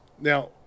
Now